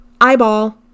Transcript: Eyeball